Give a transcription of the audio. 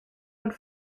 und